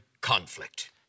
conflict